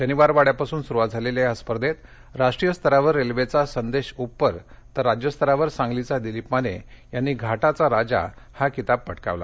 शनिवारवाड्यापासून सुरुवात झालेल्या या स्पधेंत राष्ट्रीय स्तरावर रेल्वेचा संदेश उप्पर तर राज्यस्तरावर सांगलीचा दिलीप माने यांनी घाटाचा राजा हा किताब पटकावला